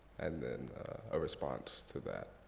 and then a response to that.